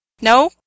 No